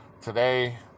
today